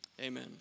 Amen